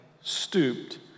stooped